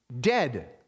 dead